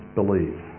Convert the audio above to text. believe